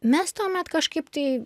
mes tuomet kažkaip tai